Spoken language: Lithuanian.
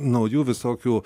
naujų visokių